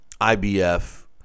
IBF